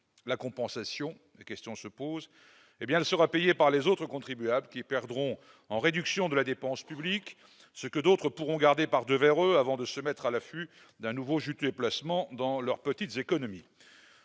se pose -sera payée par les autres contribuables, qui perdront en réduction de la dépense publique ce que d'autres pourront garder par-devers eux, avant de se mettre à l'affût d'un nouveau juteux placement de leurs petites économies.